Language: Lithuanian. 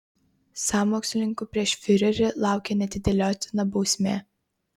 sąmokslininkų prieš fiurerį laukia neatidėliotina bausmė